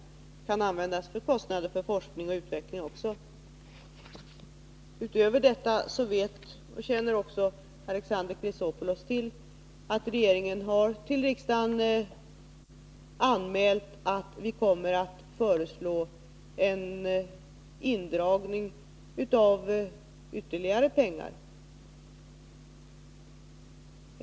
De kan också användas till kostnader för forskning och utveckling. Alexander Chrisopoulos känner också till att regeringen utöver detta har anmält till riksdagen att den kommer att föreslå en indragning av ytterligare pengar.